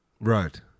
Right